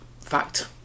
fact